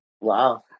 Wow